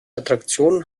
attraktion